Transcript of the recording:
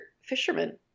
fishermen